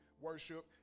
worship